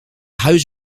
huis